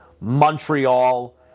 Montreal